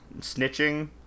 snitching